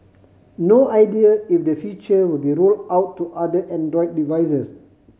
no idea if the feature will be roll out to other Android devices